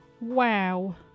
Wow